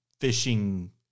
fishing